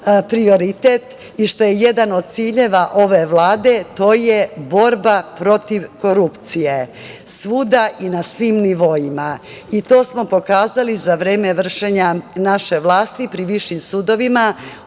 prioritet i što je jedan od ciljeva ove Vlade, to je borba protiv korupcije svuda i na svim nivoima i to smo pokazali za vreme vršenja naše vlasti pri višim sudovima,